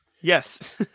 Yes